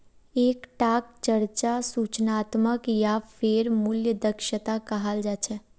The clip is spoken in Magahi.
एक टाक चर्चा सूचनात्मक या फेर मूल्य दक्षता कहाल जा छे